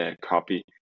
copy